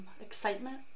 Excitement